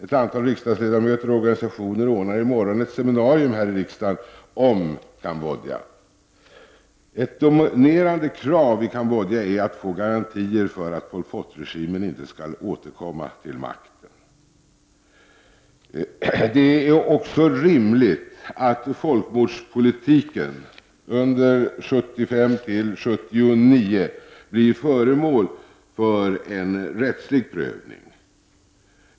Ett antal riksdagsledamöter och organisationer ordnar i morgon ett seminarium här i riksdagen om Cambodja. Ett dominerande krav i Cambodja är att få garantier för att Pol Pot-regimen inte skall återkomma till makten. Det är också rimligt att folkmordspolitiken 1975-1979 blir föremål för en rättslig prövning.